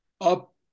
up